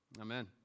Amen